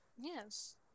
Yes